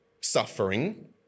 suffering